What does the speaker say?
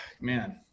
man